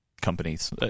companies